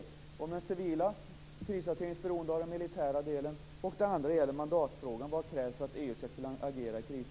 Den ena gäller den civila krishanteringens beroende av den militära delen. Den andra gäller mandatfrågan. Vad krävs för att EU ska kunna agera i kris?